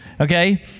okay